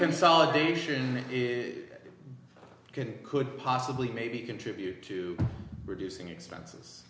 consolidation is good it could possibly maybe contribute to reducing expenses